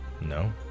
no